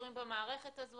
שקשורים במערכת הזאת.